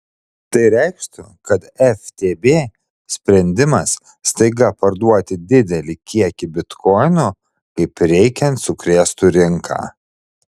tai reikštų kad ftb sprendimas staiga parduoti didelį kiekį bitkoinų kaip reikiant sukrėstų rinką